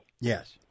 Yes